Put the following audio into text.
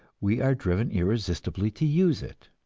we are driven irresistibly to use it.